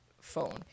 phone